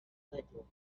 little